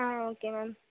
ah okay ma'am